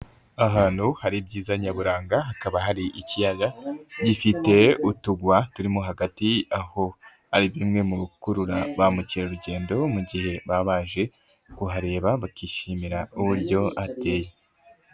Ahantu hari ibyiza nyaburanga hakaba hari ikiyaga, gifite utugwa turimo hagati aho ari bimwe mu bikurura ba mukerarugendo mu gihe baje kuhareba, bakishimira uburyo ateye.